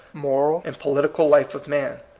moral, and political life of man,